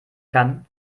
kann